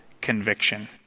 conviction